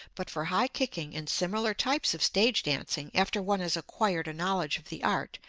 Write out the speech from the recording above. but for high kicking and similar types of stage dancing after one has acquired a knowledge of the art,